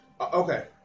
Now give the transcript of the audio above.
Okay